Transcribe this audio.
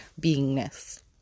beingness